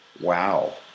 Wow